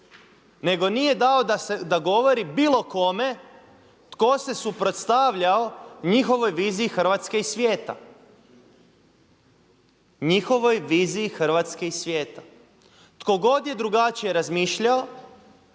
nego nije dao da govori bilo kome tko se suprotstavljao njihovoj viziji Hrvatske i svijeta. Njihovoj viziji Hrvatske i svijeta. Tko god je drugačije razmišljao